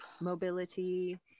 mobility